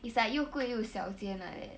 it's like 又贵又小间 like that